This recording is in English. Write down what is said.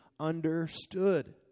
understood